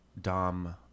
Dom